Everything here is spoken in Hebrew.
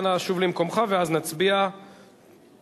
אנא שוב למקומך ואז נצביע כנדרש.